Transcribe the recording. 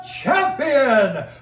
champion